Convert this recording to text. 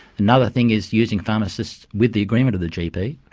another thing is using pharmacists, with the agreement of the gp,